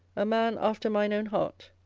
a man after mine own heart,